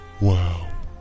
Wow